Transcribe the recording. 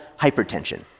hypertension